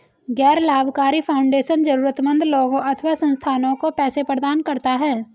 गैर लाभकारी फाउंडेशन जरूरतमन्द लोगों अथवा संस्थाओं को पैसे प्रदान करता है